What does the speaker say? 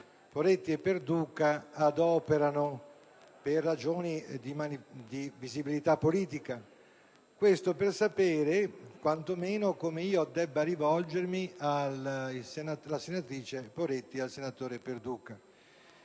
Perduca e Poretti adoperano per ragioni di visibilità politica. Rivolgo questa richiesta per sapere quanto meno come io debba rivolgermi alla senatrice Poretti e al senatore Perduca.